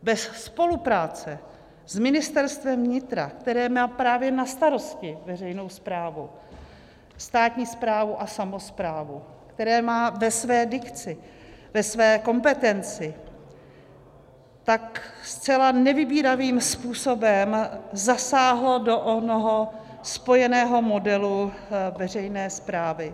Bez spolupráce s Ministerstvem vnitra, které má právě na starosti veřejnou správu, státní správu a samosprávu, které má ve své dikci, ve své kompetenci, zcela nevybíravým způsobem zasáhlo do onoho spojeného modelu veřejné správy.